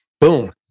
Boom